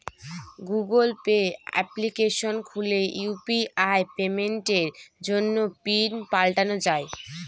Google Pay application খুলে UPI পেমেন্টের জন্য পিন পাল্টানো যাই